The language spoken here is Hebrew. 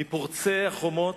מפורצי החומות,